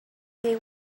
they